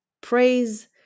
praise